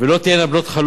ולא תהיינה בנות-חלוף,